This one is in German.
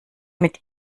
mit